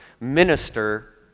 minister